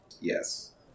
yes